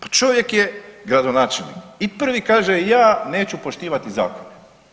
Pa čovjek je gradonačelnik i prvi kaže ja neću poštivati zakon.